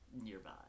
nearby